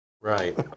Right